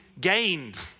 gained